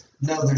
No